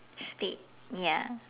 spade ya